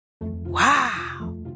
Wow